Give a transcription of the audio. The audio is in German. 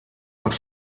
art